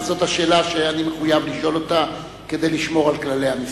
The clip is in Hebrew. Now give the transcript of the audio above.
וזאת השאלה שאני מחויב לשאול כדי לשמור על כללי המשחק: